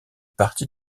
parti